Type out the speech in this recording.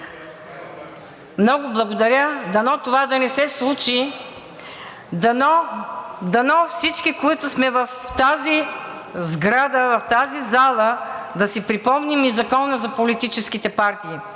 Много благодаря. Дано това да не се случи. Дано всички, които сме в тази сграда, в тази зала, да си припомним и Закона за политическите партии,